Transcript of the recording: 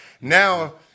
Now